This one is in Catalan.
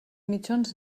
mitjons